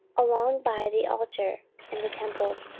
along by the altar and the temple,